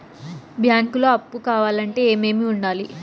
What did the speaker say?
బ్యాంకులో అప్పు కావాలంటే ఏమేమి ఉండాలి?